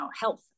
health